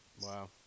Wow